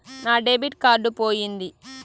నా debit card పోయింది